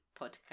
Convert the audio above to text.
podcast